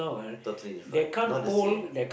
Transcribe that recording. totally different not the same